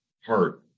heart